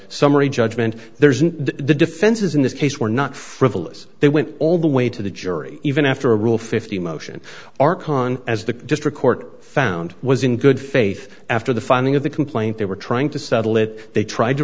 judgment there isn't the defenses in this case were not frivolous they went all the way to the jury even after a rule fifty motion or con as the district court found was in good faith after the finding of the complaint they were trying to settle it they tried to